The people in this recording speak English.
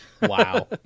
Wow